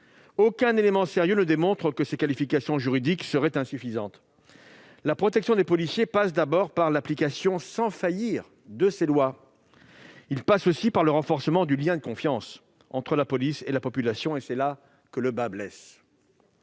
Aucun élément sérieux ne démontre que ces qualifications juridiques seraient insuffisantes. La protection des policiers exige d'abord que ces lois soient appliquées sans faillir. Elle passe aussi par le renforcement du lien de confiance entre la police et la population, et c'est là que le bât blesse.